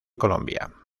colombia